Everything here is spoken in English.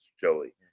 Joey